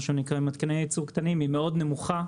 מתקני ייצור קטנים היא מאוד נמוכה.